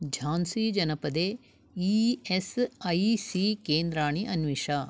झान्सीजनपदे E S I C केन्द्राणि अन्विष